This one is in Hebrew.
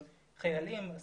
אבל חיילים או אסירים,